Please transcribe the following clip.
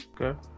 okay